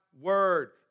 word